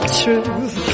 truth